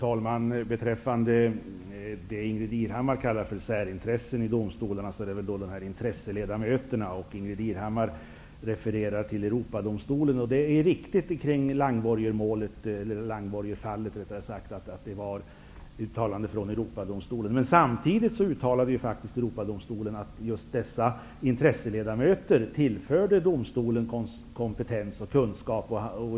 Fru talman! Ingbritt Irhammar talar om särintressen i domstolarna och intresseledamöter. Hon refererar till ett mål i Europadomstolen i det s.k. Langborgerfallet. Samtidigt uttalade dock Europadomstolen att just intresseledamöterna tillförde domstolen kompetens och kunskap.